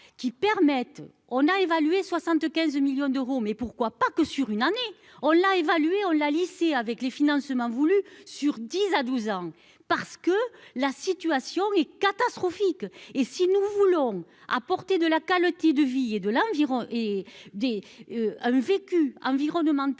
qui permettent on a évalué 75 millions d'euros, mais pourquoi pas, que sur une année, on l'a évalué en l'lycée avec les financements voulu sur 10 à 12 ans parce que la situation est catastrophique et si nous voulons apporter de la calotte de vie et de l'environ et